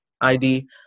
id